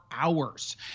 hours